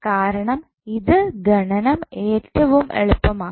കാരണം ഇത് ഗണനം ഏറ്റവും എളുപ്പമാക്കും